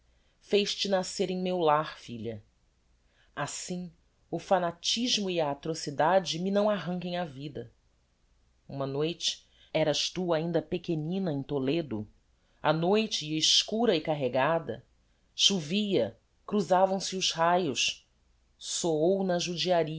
esperança fez te nascer em meu lar filha assim o fanatismo e a atrocidade me não arranquem a vida uma noite eras tu ainda pequenina em toledo a noite ia escura e carregada chovia cruzavam-se os raios soôu na